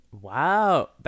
Wow